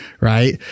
Right